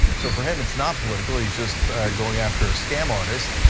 so for him it's not political, he's just going after a scam artist,